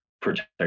protect